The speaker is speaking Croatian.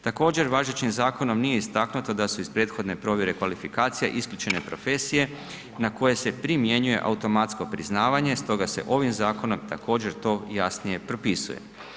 Također važećim zakonom nije istaknuto da su iz prethodne provjere kvalifikacija isključene profesije na koje se primjenjuje automatsko priznavanje, stoga se ovim zakonom također to jasnije propisuje.